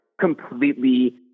completely